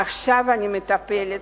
עכשיו אני מטפלת